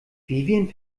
vivien